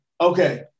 okay